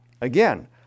Again